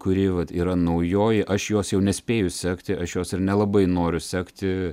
kuri vat yra naujoji aš jos jau nespėju sekti aš jos ir nelabai noriu sekti